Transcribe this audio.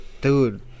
Dude